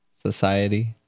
society